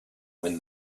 when